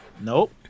nope